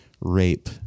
rape